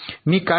मी काय करू